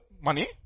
money